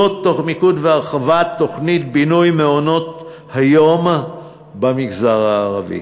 זאת תוך מיקוד והרחבה של תוכנית בינוי מעונות-היום במגזר הערבי.